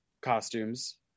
costumes